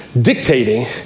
dictating